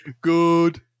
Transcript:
Good